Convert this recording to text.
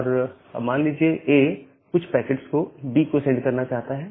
अब मान लीजिए A कुछ पैकेट्स को B को सेंड करना चाहता है